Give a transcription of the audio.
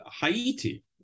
Haiti